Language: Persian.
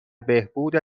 بهبود